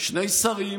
שני שרים,